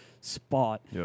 spot